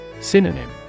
Synonym